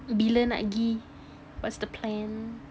bila nak pergi what's the plan